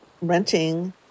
renting